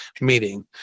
meeting